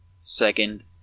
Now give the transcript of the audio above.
second